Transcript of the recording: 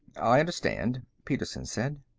i understand, petersen said.